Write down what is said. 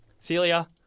Celia